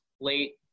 late